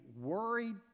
worried